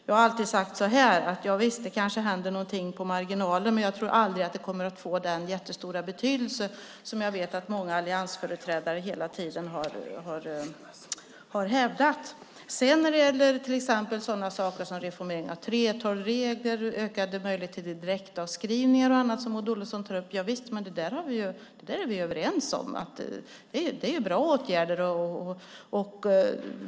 Jag har alltid sagt att det kanske händer något på marginalen, men jag tror inte att det kommer att få den jättestora betydelse som jag vet att många alliansföreträdare har hävdat. Reformering av 3:12-regler, ökade möjligheter till direktavskrivningar och annat som Maud Olofsson tar upp är ju sådant som vi är överens om. Det är bra åtgärder.